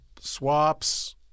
swaps